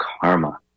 Karma